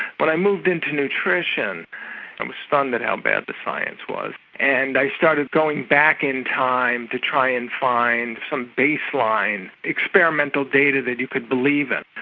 but i into nutrition and was stunned at how bad the science was. and i started going back in time to try and find some baseline experimental data that you could believe in.